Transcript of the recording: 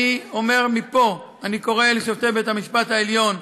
אני אומר מפה, קורא לשופטי בית-המשפט העליון: